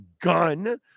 gun